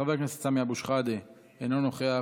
חבר הכנסת סמי אבו שחאדה, אינו נוכח,